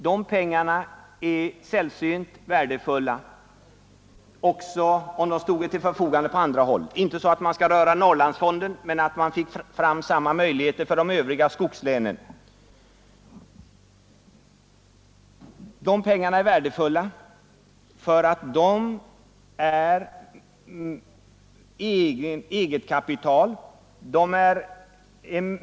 Det vore utomordentligt värdefullt om sådana pengar också stod till förfogande på andra håll — inte så att man skall röra Norrlandsfonden, utan så att man fick samma möjligheter i övriga skogslän. De pengarna är speciellt värdefulla därför att de utgör egetkapital.